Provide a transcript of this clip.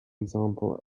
example